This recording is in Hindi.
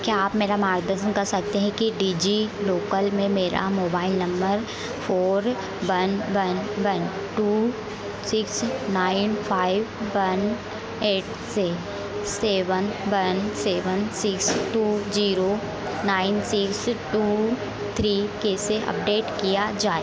क्या आप मेरा मार्गदर्शन कर सकते हैं कि डिजिलोकल में मेरा mobile number four one one one two six nine five one eight seven one seven six zero two nine six two three कैसे अपडेट किया जाए